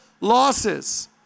losses